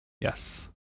Yes